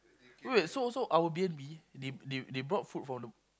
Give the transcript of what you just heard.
wait so so our B_N_B they they they brought food from the